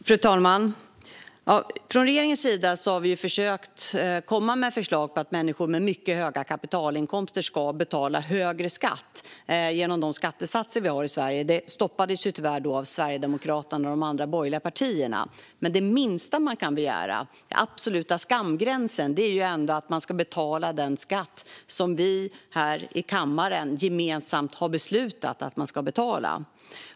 Fru talman! Från regeringens sida har vi försökt att komma med förslag på att människor med mycket höga kapitalinkomster ska betala högre skatt genom de skattesatser vi har i Sverige. Det stoppades tyvärr av Sverigedemokraterna och de andra borgerliga partierna. Det minsta man kan begära, den absoluta skamgränsen, är att människor ska betala den skatt som vi här i kammaren gemensamt har beslutat att man ska betala.